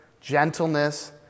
gentleness